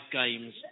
games